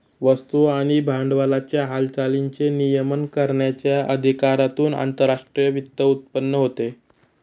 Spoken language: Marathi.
वस्तू आणि भांडवलाच्या हालचालींचे नियमन करण्याच्या अधिकारातून आंतरराष्ट्रीय वित्त उत्पन्न होते